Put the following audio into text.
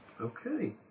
Okay